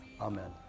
Amen